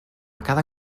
cada